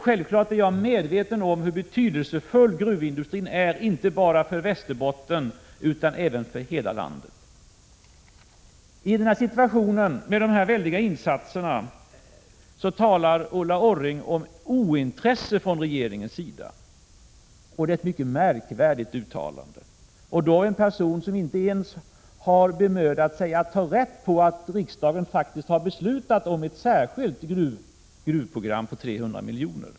Självfallet är jag medveten om hur betydelsefull gruvindustrin är, inte bara för Västerbotten utan för hela landet. Trots de väldiga insatser som gjorts talar Ulla Orring om ointresse från regeringens sida. Det är ett mycket märkvärdigt uttalande, och det av en person som inte ens har bemödat sig om att ta reda på att riksdagen faktiskt har beslutat om ett särskilt gruvprogram på 300 miljoner.